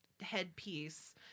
headpiece